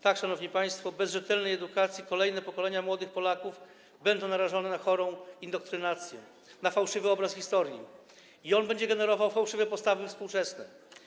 Tak, szanowni państwo, bez rzetelnej edukacji kolejne pokolenia młodych Polaków będą narażone na chorą indoktrynację, na fałszywy obraz historii i on będzie generował fałszywe postawy współczesne.